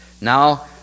Now